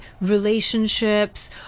relationships